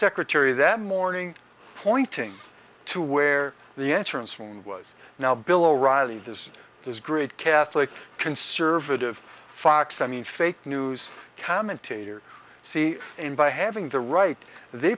secretary that morning pointing to where the entrance wound was now bill o'reilly does his grit catholic conservative fox i mean fake news commentator see him by having the right they